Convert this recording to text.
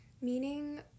meaning